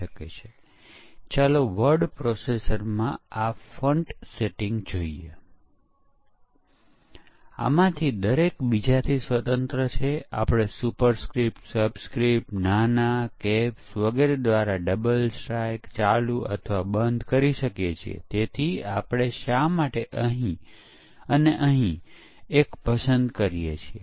પરીક્ષણ ડેટા કે જેને આપણે પરીક્ષણ માટે ઇનપુટ કરીએ છીએ તે છે પરંતુ પરીક્ષણ કેસમાં ફક્ત પરીક્ષણ ઇનપુટ એટલે કે પરીક્ષણ ડેટા જ ન હોય પરંતુ તે પ્રોગ્રામની સ્થિતિ પણ સૂચવે છે કે જ્યાં આપણે ડેટા લાગુ કરીએ છીએ